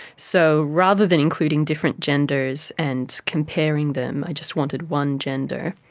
so rather than including different genders and comparing them i just wanted one gender.